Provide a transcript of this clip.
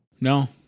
No